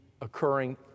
occurring